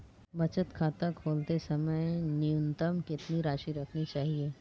बचत खाता खोलते समय न्यूनतम कितनी राशि रखनी चाहिए?